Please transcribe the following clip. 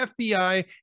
FBI